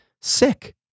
Sick